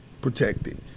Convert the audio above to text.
protected